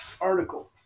article